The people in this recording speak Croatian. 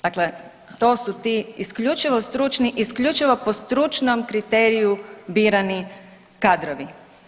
Dakle, to su ti isključivo stručni, isključivo po stručnom kriteriju birani kadrovi.